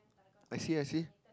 I see I see